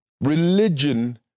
religion